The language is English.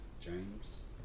James